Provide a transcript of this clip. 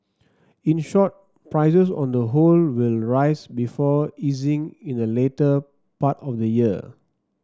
in short prices on the whole will rise before easing in the latter part of the year